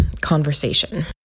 conversation